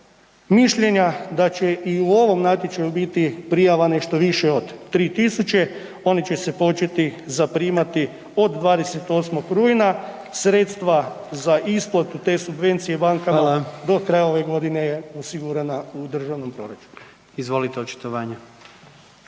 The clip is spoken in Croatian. mišljenja da će i u ovom natječaju biti prijava nešto više od 3.000 oni će se početi zaprimati od 28. rujna. Sredstva za isplatu te subvencije bankama …/Upadica: Hvala vam./… do kraja ove godine je osigurana u državnom proračunu. **Jandroković,